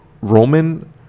Roman